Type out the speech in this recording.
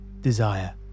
Desire